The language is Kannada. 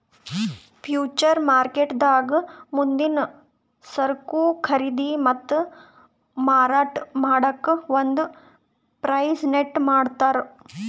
ಫ್ಯೂಚರ್ ಮಾರ್ಕೆಟ್ದಾಗ್ ಮುಂದಿನ್ ಸರಕು ಖರೀದಿ ಮತ್ತ್ ಮಾರಾಟ್ ಮಾಡಕ್ಕ್ ಒಂದ್ ಪ್ರೈಸ್ ಸೆಟ್ ಮಾಡ್ತರ್